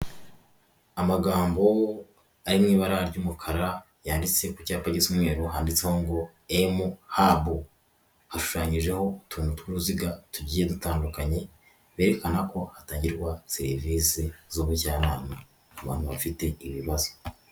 Amagambo ari mu ibara ry'umukara yanditse ku cyapa gisa cy'umweru handitseho ngo emu habu, hashushanyijeho utuntu tw'uruziga tugiye dutandukanye berekana ko hatangirwa serivisi z'ubujyanama ku bantu bafite ibibazo.